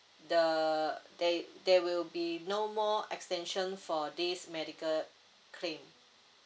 the there there will be no more extension for this medical claim